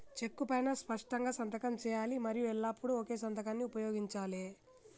చెక్కు పైనా స్పష్టంగా సంతకం చేయాలి మరియు ఎల్లప్పుడూ ఒకే సంతకాన్ని ఉపయోగించాలే